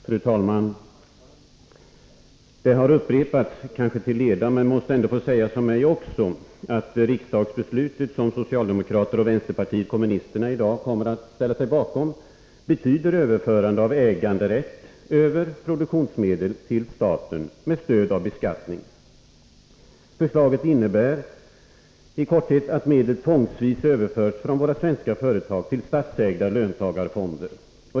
Fru talman! Det har kanske till leda upprepats, men måste ändå få sägas av också mig: Det riksdagsbeslut som socialdemokraterna och vänsterpartiet kommunisterna i dag kommer att ställa sig bakom betyder överförande av äganderätt över produktionsmedel till staten med stöd av beskattning. Förslaget innebär i korthet att medel tvångsvis överförs från våra svenska företag till statsägda löntagarfonder.